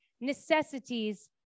necessities